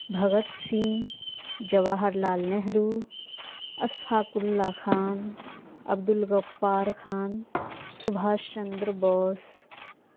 بھگت سنگھ جواہر لال نہرو اشفاق اللہ خان عبد الغفار خان سبھاش چندر بوس